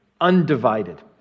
Undivided